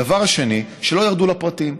הדבר השני: לא ירדו לפרטים.